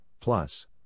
plus